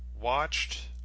watched